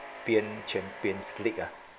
~pean champions league ah